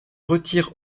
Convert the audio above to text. retire